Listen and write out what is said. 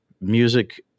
music